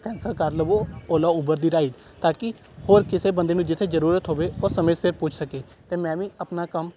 cancel ਕਰ ਲਵੋ Ola Uber ਦੀ ਰਾਈਡ ਤਾਂ ਕਿ ਹੋਰ ਕਿਸੇ ਬੰਦੇ ਨੂੰ ਜਿੱਥੇ ਜ਼ਰੂਰਤ ਹੋਵੇ ਉਹ ਸਮੇਂ ਸਿਰ ਪੁੱਜ ਸਕੇ ਅਤੇ ਮੈਂ ਵੀ ਆਪਣਾ ਕੰਮ